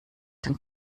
den